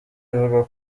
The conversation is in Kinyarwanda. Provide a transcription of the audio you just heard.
ivuga